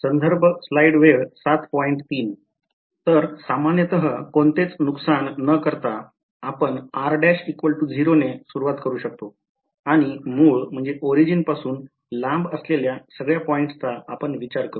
तर सामान्यतः कोणतेच नुकसान न करता आपण r0 ने सुरवात करू शकतो आणि मूळ पासून लांब असलेल्या सगळ्या पॉईंट्सचा आपण विचार करू